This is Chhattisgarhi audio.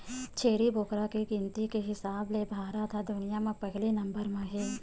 छेरी बोकरा के गिनती के हिसाब ले भारत ह दुनिया म पहिली नंबर म हे